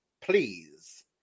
please